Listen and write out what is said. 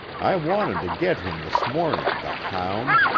i wanted to get him this morning, the hound!